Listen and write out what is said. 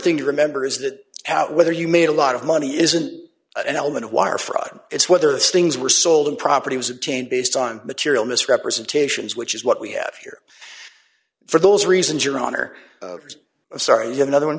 thing to remember is that out whether you made a lot of money isn't an element of wire fraud it's whether it's things were sold and property was obtained based on material misrepresentations which is what we have here for those reasons your honor a sorry another one